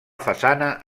façana